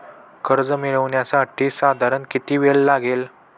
कर्ज मिळविण्यासाठी साधारण किती वेळ लागेल?